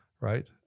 right